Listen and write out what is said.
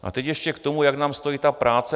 A teď ještě k tomu, jak nám stojí ta práce.